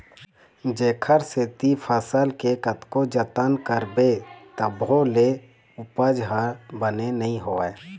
जेखर सेती फसल के कतको जतन करबे तभो ले उपज ह बने नइ होवय